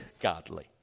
godly